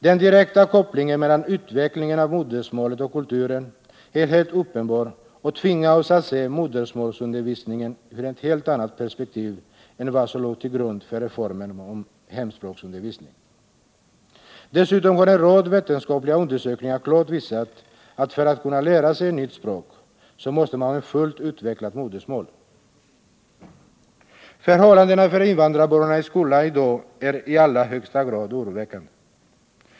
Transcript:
Den direkta kopplingen mellan utvecklingen av modersmålet och kulturen är helt uppenbar och tvingar oss att se modersmålsundervisningen i ett helt annat perspektiv än det som låg till grund för reformen om hemspråksundervisning. Dessutom har en rad vetenskapliga undersökningar klart visat att för att kunna lära sig ett nytt språk måste man ha ett fullt utvecklat modersmål. Förhållandena för invandrarbarnen i skolorna i dag är i allra högsta grad oroväckande.